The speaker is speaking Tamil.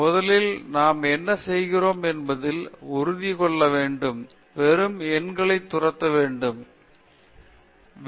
முதலில் நாம் என்ன செய்கிறோம் என்பதில் உறுதி கொள்ள வேண்டும் வெறும் எண்களை துரத்த வேண்டாம்